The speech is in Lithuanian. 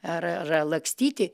ar ra lakstyti